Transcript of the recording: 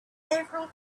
several